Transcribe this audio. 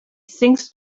sinks